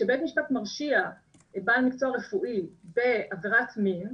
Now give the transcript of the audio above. כשבית המשפט מרשיע בעל מקצוע רפואי בעבירת מין,